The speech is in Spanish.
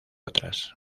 otras